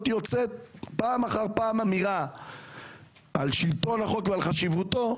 יוצאת פעם אחר פעם אמירה על שלטון החוק ועל חשיבותו,